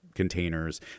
containers